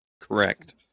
Correct